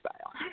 style